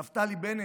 נפתלי בנט,